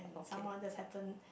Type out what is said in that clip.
someone just happen